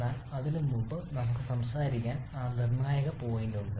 എന്നാൽ അതിനുമുമ്പ് നമുക്ക് സംസാരിക്കാൻ ആ നിർണായക പോയിന്റ് ഉണ്ട്